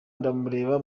ndamureba